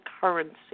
currency